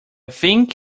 think